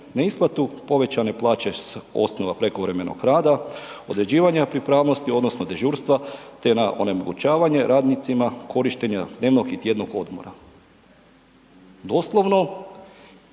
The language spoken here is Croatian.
neisplatu povećane plaće s osnova prekovremenog rada, određivanja pripravnosti odnosno dežurstva te na onemogućavanje radnicima korištenja dnevnog i tjednog odmora. Doslovno,